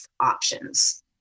options